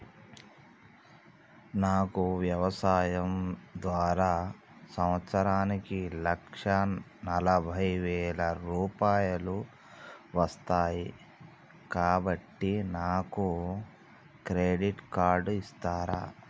నాకు వ్యవసాయం ద్వారా సంవత్సరానికి లక్ష నలభై వేల రూపాయలు వస్తయ్, కాబట్టి నాకు క్రెడిట్ కార్డ్ ఇస్తరా?